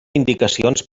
indicacions